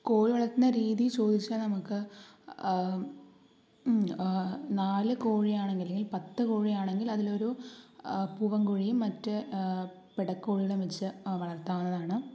കോഴിവളർത്തുന്ന രീതി ചോദിച്ചാൽ നമുക്ക് നാലു കോഴിയാണെങ്കിൽ അല്ലെങ്കിൽ പത്തു കോഴിയാണെങ്കിൽ അതിലൊരു പൂവൻകോഴിയും മറ്റ് പിടക്കോഴികളെയും വച്ച് വളർത്താവുന്നതാണ്